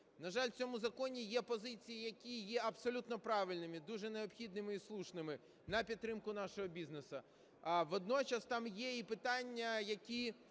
На жаль, в цьому законі є позиції, які є абсолютно правильними, дуже необхідними і слушними на підтримку нашого бізнесу. Водночас там є і питання, які